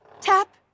tap